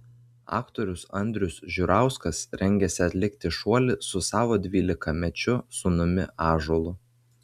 aktorius andrius žiurauskas rengiasi atlikti šuolį su savo dvylikamečiu sūnumi ąžuolu